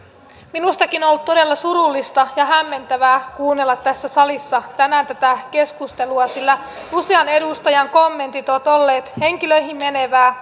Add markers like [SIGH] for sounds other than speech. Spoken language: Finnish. minustakin on ollut todella surullista ja hämmentävää kuunnella tässä salissa tänään tätä keskustelua sillä usean edustajan kommentit ovat olleet henkilöihin meneviä [UNINTELLIGIBLE]